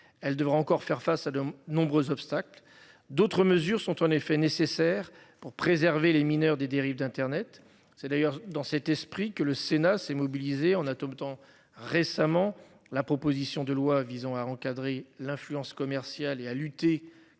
elle devrait encore faire face à de nombreux obstacles. D'autres mesures sont en effet nécessaires pour préserver les mineurs des dérives d'internet, c'est d'ailleurs dans cet esprit que le Sénat s'est mobilisée en adoptant récemment la proposition de loi visant à encadrer l'influence commerciale et à lutter